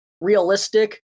realistic